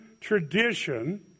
tradition